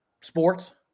sports